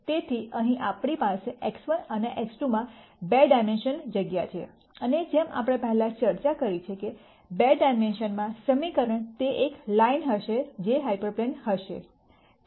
તેથી અહીં આપણી પાસે X1અને X2 માં 2 ડાયમેન્શનલ જગ્યા છે અને જેમ આપણે પહેલાં ચર્ચા કરી છે કે બે ડાયમેન્શનલમાં સમીકરણ તે એક લાઇન હશે જે હાયપર પ્લેન હશે